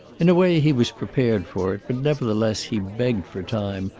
in a way he was prepared for it but nevertheless he begged for time,